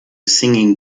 singing